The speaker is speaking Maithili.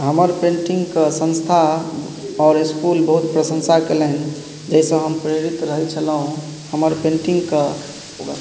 हमर पेन्टिंगके संस्था आओर इसकुल बहुत प्रशंसा केलनि जाहिसँ हम प्रेरित रहै छलहुँ हमर पेन्टिंगके